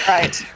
Right